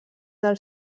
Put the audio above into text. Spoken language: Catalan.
del